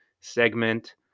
segment